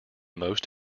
most